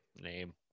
Name